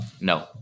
No